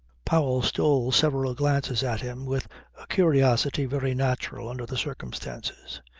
powell stole several glances at him with a curiosity very natural under the circumstances.